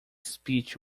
speech